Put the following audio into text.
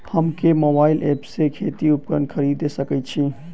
हम केँ mobile app सँ खेती केँ उपकरण खरीदै सकैत छी?